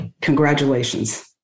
congratulations